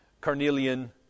carnelian